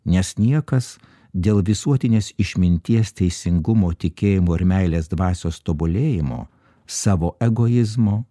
nes niekas dėl visuotinės išminties teisingumo tikėjimo ir meilės dvasios tobulėjimo savo egoizmo